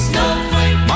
Snowflake